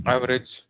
Average